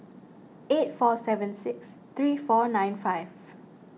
eight four seven six three four nine five